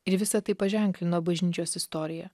ir visa tai paženklino bažnyčios istoriją